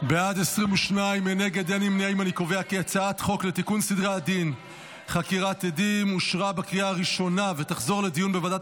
להעביר את הצעת חוק לתיקון סדרי הדין (חקירת עדים) (תיקון מס' 10)